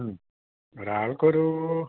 ആ ഒരാൾക്കൊരൂ